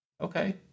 Okay